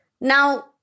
Now